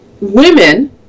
women